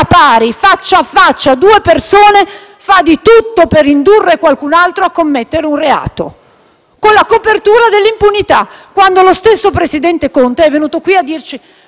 pari, faccia a faccia tra due persone, fa di tutto per indurre qualcun altro a commettere un reato, con la copertura dell'impunità. E questo quando lo stesso presidente Conte è venuto qui a dirci: